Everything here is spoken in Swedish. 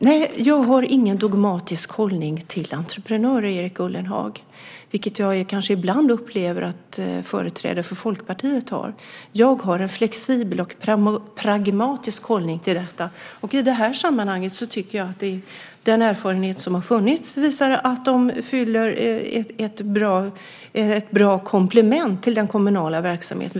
Nej, jag har ingen dogmatisk hållning till entreprenörer, Erik Ullenhag, vilket jag kanske ibland upplever att företrädare för Folkpartiet har. Jag har en flexibel och pragmatisk hållning till detta. Och i det här sammanhanget tycker jag att den erfarenhet som har funnits visar att de utgör ett bra komplement till den kommunala verksamheten.